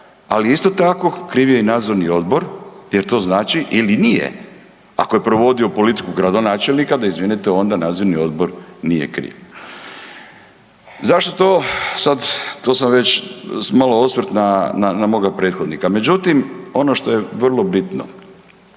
ali isto tako kriv je i nadzorni odbor jer to znači ili nije ako je provodio politiku gradonačelnika da izvinete onda nadzorni odbor nije kriv. Zašto to sad, to sam već, malo osvrt na, na, na moga prethodnika. Međutim, ono što je vrlo bitno,